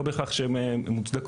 לא בהכרח שהן מוצדקות,